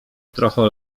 trochę